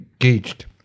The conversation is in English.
engaged